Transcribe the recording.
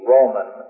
Roman